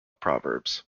proverbs